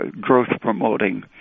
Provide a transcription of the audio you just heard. growth-promoting